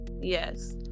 yes